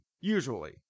usually